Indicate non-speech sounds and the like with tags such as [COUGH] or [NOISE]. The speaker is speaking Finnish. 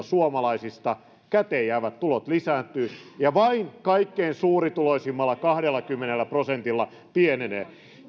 [UNINTELLIGIBLE] suomalaisista käteenjäävät tulot lisääntyvät ja vain kaikkein suurituloisimmalla kahdellakymmenellä prosentilla pienenevät